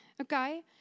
Okay